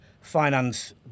finance